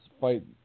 fight